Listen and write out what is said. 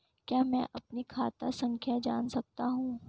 क्या मैं अपनी खाता संख्या जान सकता हूँ?